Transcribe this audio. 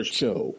Show